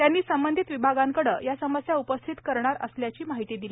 त्यांनी संबंधित विभागांकडे या समस्या उपस्थित करणार असल्याची माहिती दिली